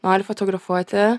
nori fotografuoti